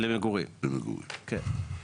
למגורים, כן.